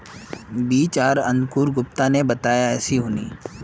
बीज आर अंकूर गुप्ता ने बताया ऐसी होनी?